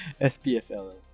SPFL